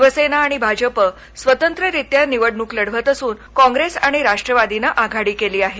शिवसेना आणि भाजप स्वतंत्र रीत्या निवडणूक लढवत असून काँप्रेस आणि राष्ट्रवादीनं आघाडी केली आहे